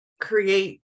create